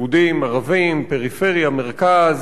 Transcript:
יהודים, ערבים, פריפריה, מרכז,